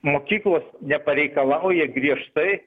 mokyklos nepareikalauja griežtai